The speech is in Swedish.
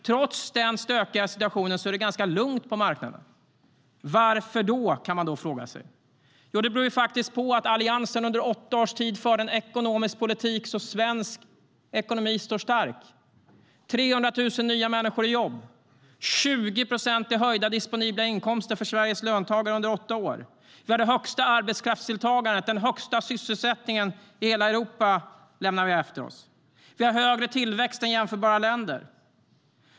Trots den stökiga situationen är det ganska lugnt på marknaderna. Varför? kan man fråga sig. Jo, det beror faktiskt på att Alliansen under åtta års tid fört en ekonomisk politik så att svensk ekonomi står stark. Det är 300 000 fler människor i jobb och 20 procent i höjda disponibla inkomster för Sveriges löntagare. Detta har skett under åtta år. Vi har det högsta arbetskraftsdeltagandet. Den högsta sysselsättningen i hela Europa lämnade vi efter oss. Vi har högre tillväxt än jämförbara länder.